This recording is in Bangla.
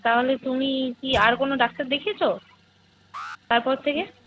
তাহলে তুমি কি আর কোনো ডাক্তার দেখিয়েছো তারপর থেকে